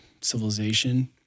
civilization